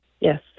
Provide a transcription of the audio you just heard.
Yes